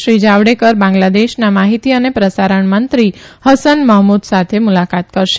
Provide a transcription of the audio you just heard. શ્રી જાવડેકર બાંગ્લાદેશના માહિતી અને પ્રસારણ મંત્રી હસન મહમુદ સાથે મુલાકાત કરશે